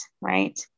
right